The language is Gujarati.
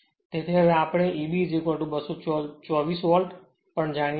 તેથી હવે આપણે Eb 224 વોલ્ટ પણ જાણીએ છીએ